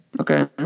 okay